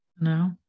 no